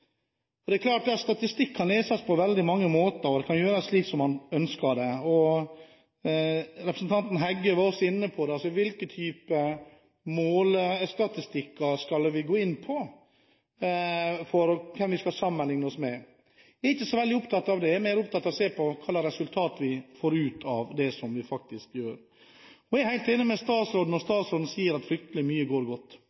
Det er klart at statistikk kan leses på veldig mange måter. Det kan gjøres slik man ønsker det. Representanten Heggø var også inne på det: Hva slags målestatistikker skal vi bruke når det gjelder hvem vi skal sammenlikne oss med? Jeg er ikke så veldig opptatt av det. Jeg er mer opptatt av å se på hva slags resultater vi får ut av det vi faktisk gjør. Jeg er helt enig med statsråden når